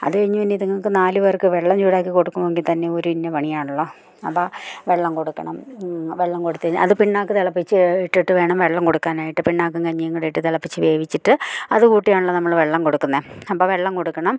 അതു കഴിഞ്ഞ് പിന്നെ ഇതുങ്ങൾക്ക് നാലു പേർക്ക് വെള്ളം ചൂടാക്കി കൊടുക്കണമെങ്കിൽ തന്നെ ഒരിഞ്ഞ പണിയാണല്ലോ അപ്പം വെള്ളം കൊടുക്കണം വെള്ളം കൊടുത്തു കഴിഞ്ഞ് അത് പിണ്ണാക്ക് തിളപ്പിച്ച് ഇട്ടിട്ട് വേണം വെള്ളം കൊടുക്കാനായിട്ട് പിണ്ണാക്കും കഞ്ഞിയും കൂടി ഇട്ടു തിളപ്പിച്ച് വേവിച്ചിട്ട് അത് കൂട്ടിയാണല്ലോ നമ്മൾ വെള്ളം കൊടുക്കുന്നത് അപ്പം വെള്ളം കൊടുക്കണം